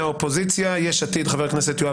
ומהאופוזיציה יש עתיד חבר הכנסת יואב